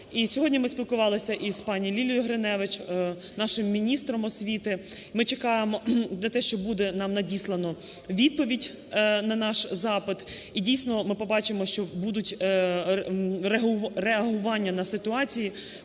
сьогодні ми спілкувалися з пані Лілією Гриневич, нашим міністром освіти. Ми чекаємо на те, що буде нам надіслано відповідь на наш запит, і, дійсно, ми побачимо, що буде реагування на ситуації,